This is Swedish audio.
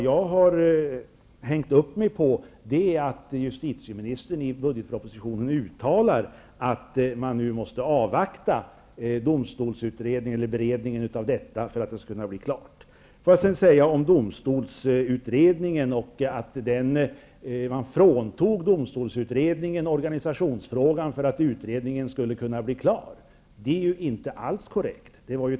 Jag har hängt upp mig på justitieministerns uttalande om att man måste avvakta beredningen. Beträffande domstolsutredningen och talet om att man fråntog denna organisationsfrågan för att utredningen skulle kunna bli klar vill jag säga att detta inte alls är korrekt.